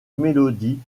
mélodie